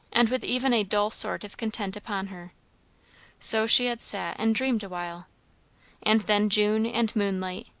and with even a dull sort of content upon her so she had sat and dreamed awhile and then june and moonlight,